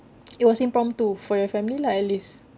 it was impromptu for your family lah at least